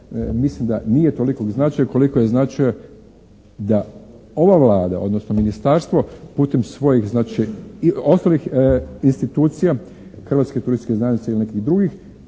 mislim da nije toliko u značaju koliko je značaj da ova Vlada, odnosno ministarstvo putem svojih znači ostalih institucije Hrvatske turističke zajednice ili nekih drugih